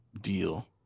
deal